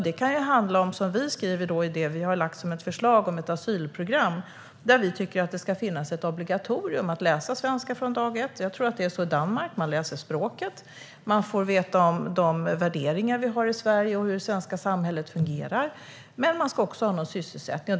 Det kan som i vårt förslag om ett asylprogram handla om att det ska vara obligatoriskt att läsa svenska från dag ett. Jag tror att man i Danmark börjar lära sig språket direkt. Man ska lära sig om svenska samhällsvärderingar och hur det svenska samhället fungerar. Man ska också ha en sysselsättning.